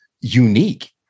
unique